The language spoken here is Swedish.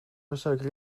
försöker